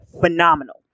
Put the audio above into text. phenomenal